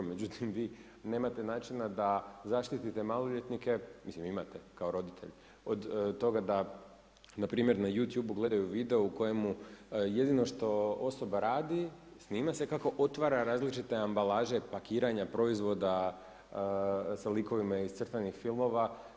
Međutim, vi nemate načina, da zaštite maloljetnike, imate kao roditelj, od toga da npr. na YouTube gledaju video, u kojemu jedino što osoba radi, snima se kako otvara različite ambalaže pakiranja proizvoda sa likovima iz crtanih filmova.